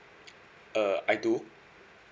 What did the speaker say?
uh I do